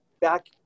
back